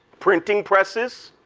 printing presses,